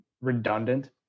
redundant